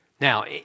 Now